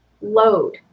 load